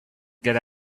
get